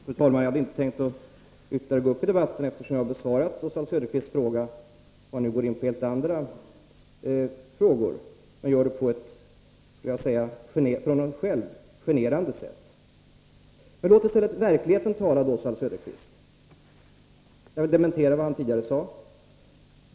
Fru talman! Jag hade inte tänkt att gå upp i debatt ytterligare, eftersom jag har besvarat Oswald Söderqvists fråga och han nu går in på helt andra frågor — och gör det på ett för honom själv generande sätt. Låt i stället verkligheten tala, Oswald Söderqvist! Jag vill dementera vad Oswald Söderqvist tidigare sade.